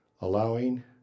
allowing